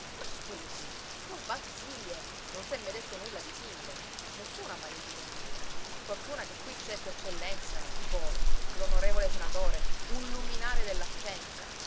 ma scusi sono pazzie non s'è mai detto nulla di simile nessuno ha mai udito nulla fortuna che c'è qui s e dico l'on senatore un luminare della scienza